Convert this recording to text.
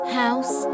house